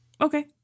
Okay